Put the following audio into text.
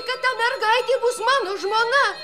kad ta mergaitė bus mano žmona